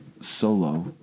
Solo